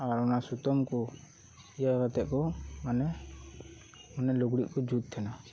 ᱟᱨ ᱚᱱᱟ ᱥᱩᱛᱟᱹᱢ ᱠᱚ ᱤᱭᱟᱹ ᱠᱟᱛᱮ ᱠᱚ ᱢᱟᱱᱮ ᱚᱱᱮ ᱞᱩᱜᱽᱲᱤᱡ ᱠᱚ ᱡᱩᱛ ᱛᱟᱦᱮᱱᱟ